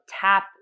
tap